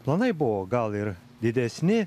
planai buvo gal ir didesni